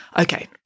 Okay